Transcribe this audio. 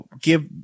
give